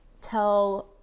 tell